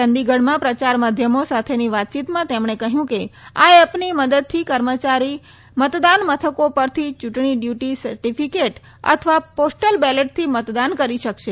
ચંદીગઢમાં પ્રચાર માધ્યમો સાથેની વાતચીતમાં તેમણે કહ્યુંકે આ એપની મદદથી કર્મચારી મતદાન મથકો પરથી ચૂંટણી ડ્યુટી સર્ટિફિકેટ અથવા પોસ્ટલ બેલેટથી મતદાન કરી શકશે